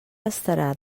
estarà